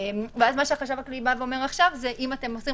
ואז מה שהחשב הכללי אומר עכשיו זה אם אתם עוצרים